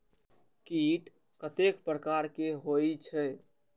कीट कतेक प्रकार के होई छै?